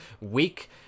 weak